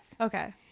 Okay